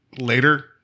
later